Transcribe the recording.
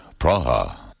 Praha